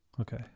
Okay